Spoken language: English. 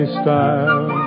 style